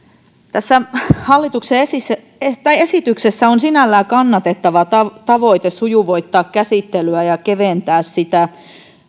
tässä hallituksen esityksessä on sinällään kannatettava tavoite sujuvoittaa käsittelyä ja keventää sitä